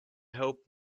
hope